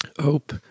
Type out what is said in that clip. hope